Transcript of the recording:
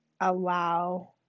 allow